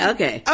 Okay